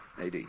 AD